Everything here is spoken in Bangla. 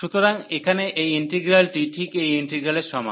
সুতরাং এখানে এই ইন্টিগ্রালটি ঠিক এই ইন্টিগ্রালের সমান